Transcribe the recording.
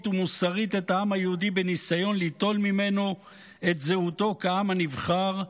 ומוסרית את העם היהודי בניסיון ליטול ממנו את זהותו כעם הנבחר,